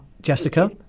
jessica